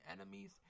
enemies